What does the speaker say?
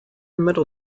metal